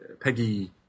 Peggy